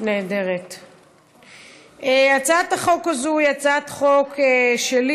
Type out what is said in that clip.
הצעת החוק הזאת היא הצעת חוק שלי,